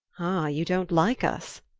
ah, you don't like us!